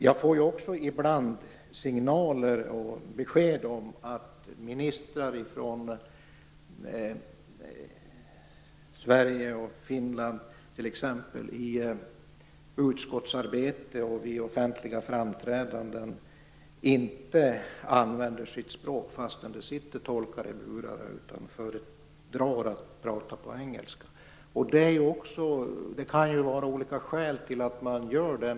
Jag får också ibland signaler och besked om att ministrar från Sverige och Finland, t.ex. i utskottsarbete och vid offentliga framträdanden, inte använder sitt eget språk fastän det sitter tolkar med lurar. Man föredrar att prata engelska. Det kan naturligtvis finnas olika skäl till att man gör det.